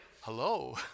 hello